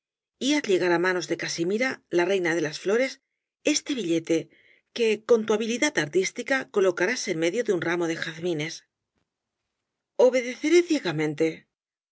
haz llegar á manos de casimira la reina de las flores este billete que con tu habilidad artística colocarás en medio de un ramo de jazmines obedeceré ciegamente